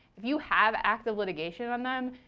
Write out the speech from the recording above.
if you have active litigation on them,